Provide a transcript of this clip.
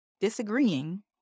disagreeing